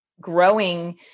growing